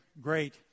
great